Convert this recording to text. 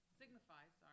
signifies